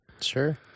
Sure